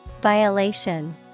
Violation